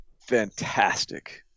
fantastic